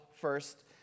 first